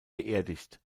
beerdigt